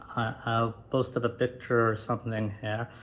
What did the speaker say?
i posted a picture or something here,